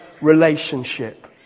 relationship